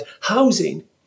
housing